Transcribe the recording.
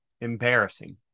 embarrassing